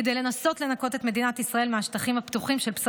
כדי לנסות לנקות את מדינת ישראל מפסולת הבניין בשטחים הפתוחים.